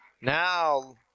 now